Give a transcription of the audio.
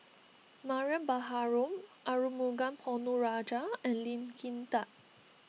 Mariam Baharom Arumugam Ponnu Rajah and Lee Kin Tat